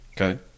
Okay